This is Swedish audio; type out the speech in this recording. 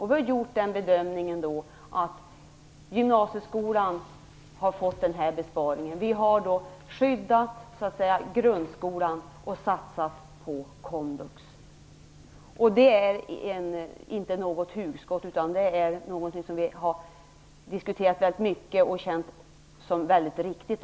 Vi har gjort den bedömningen att gymnasieskolan får göra en besparing, och vi har skyddat grundskolan och satsat på komvux. Det är inte ett hugskott, utan det är någonting som vi har diskuterat väldigt mycket och känt varit riktigt.